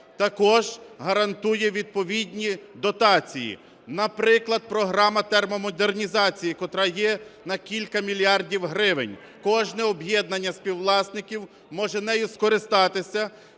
також гарантує відповідні дотації. Наприклад, програма термодернізації, котра є на кілька мільярдів гривень. Кожне об'єднання співвласників може нею скористатися